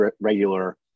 regular